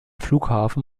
flughafen